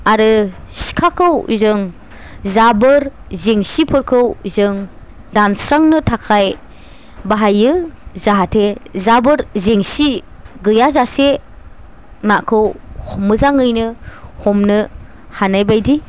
आरो सिखाखौ जों जाबोर जेंसिफोरखौ जों दानस्रांनो थाखाय बाहायो जाहाथे जाबोर जेंसि गैयाजासे नाखौ मोजाङैनो हमनो हानायबायदि